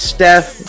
Steph